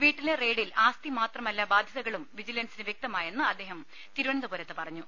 വീട്ടിലെ റെയ്ഡിൽ ആസ്തി മാത്രമല്ല ബാധ്യതകളും വിജി ലൻസിന് വ്യക്തമായെന്ന് അദ്ദേഹം തിരുവനന്തപുരത്ത് പറഞ്ഞു